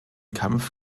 kampf